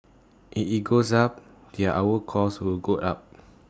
if IT goes up then our cost will go up